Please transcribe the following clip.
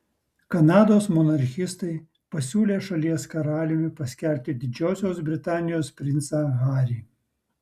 kanados monarchistai pasiūlė šalies karaliumi paskelbti didžiosios britanijos princą harį